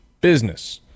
business